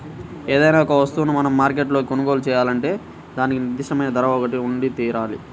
ఏదైనా ఒక వస్తువును మనం మార్కెట్లో కొనుగోలు చేయాలంటే దానికి నిర్దిష్టమైన ధర ఒకటి ఉండితీరాలి